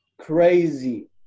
crazy